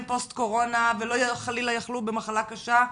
פוסט קורונה ולא חלילה יחלו במחלה קשה,